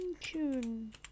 tune